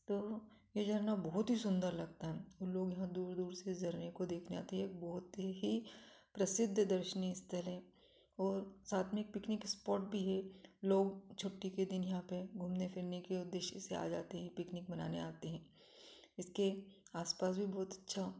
तो यह झरना बहुत ही सुंदर लगता है और लोग यहाँ दूर दूर से झरने को देखने आते एक बहुत ही प्रसिद्ध दर्शनीय स्थल है और साथ में एक पिकनिक स्पॉट भी है लोग छुट्टी के दिन यहाँ पर घूमने फिरने के उद्देश्य से आ जाते हैं पिकनिक मनाने आते हैं इसके आसपास भी बहुत अच्छा